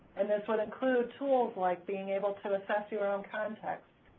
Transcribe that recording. and this would include tools like being able to assess your own context,